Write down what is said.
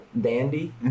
Dandy